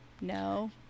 no